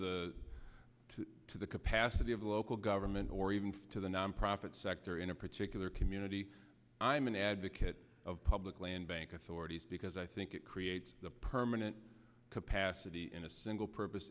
the to the capacity of local government or even to the nonprofit sector in a particular community i'm an advocate of public land bank authorities because i think it creates the permanent capacity in a single purpose